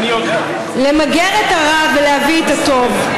למגר את הרע ולהביא את הטוב.